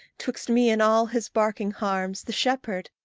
twixt me and all his barking harms, the shepherd,